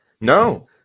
No